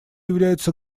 являются